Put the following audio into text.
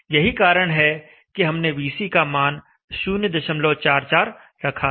यही कारण है कि हमने VC का मान 044 रखा था